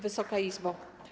Wysoka Izbo!